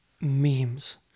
Memes